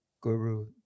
guru